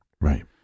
Right